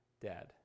dead